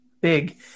big